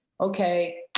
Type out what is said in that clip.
okay